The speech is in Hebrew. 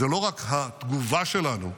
אז זה לא רק התגובה שלנו,